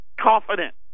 confident